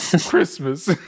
Christmas